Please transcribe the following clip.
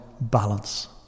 balance